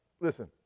listen